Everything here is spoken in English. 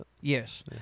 Yes